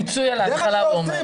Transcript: פיצוי על ההתחלה, הוא אומר.